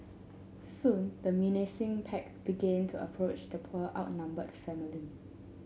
soon the menacing pack began to approach the poor outnumbered family